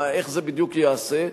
איך זה בדיוק ייעשה?